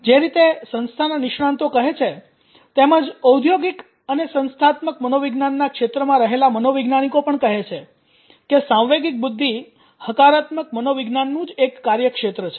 જે રીતે સંસ્થાના નિષ્ણાંતો કહે છે તેમજ ઔદ્યોગિક અને સંસ્થાત્મક મનોવિજ્ઞાનના ક્ષેત્રમાં રહેલા મનોવૈજ્ઞાનિકો પણ કહે છે કે સાંવેગિક બુદ્ધિ હકારાત્મક મનોવિજ્ઞાનનું જ એક કાર્યક્ષેત્ર છે